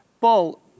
Paul